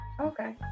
okay